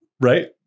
Right